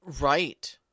Right